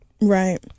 Right